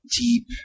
deep